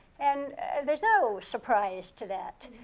and there's no surprise to that.